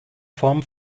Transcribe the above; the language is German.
form